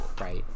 right